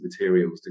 materials